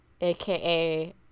aka